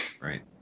Right